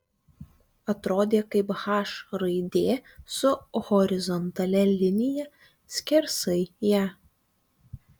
atrodė kaip h raidė su horizontalia linija skersai ją